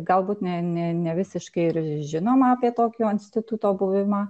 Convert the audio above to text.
galbūt ne ne nevisiškai ir žinoma apie tokio instituto buvimą